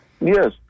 Yes